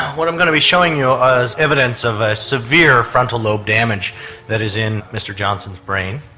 what i'm going to be showing you ah is evidence of a severe frontal lobe damage that is in mr johnson's brain,